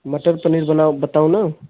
मटर पनीर बनाऊँ बताऊँ ना